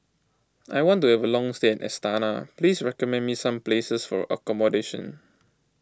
I want to have a long stay in Astana please recommend me some places for accommodation